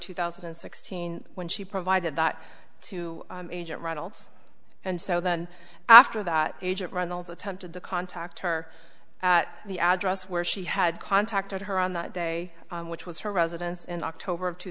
two thousand and sixteen when she provided that to agent reynolds and so then after that agent runnels attempted to contact her at the address where she had contacted her on that day which was her residence in october of two